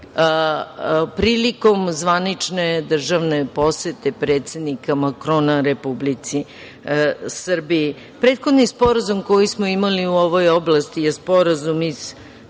prilikom zvanične državne posete predsednika Makrona Republici Srbiji. Prethodni sporazum koji smo imali u ovoj oblasti je Sporazum od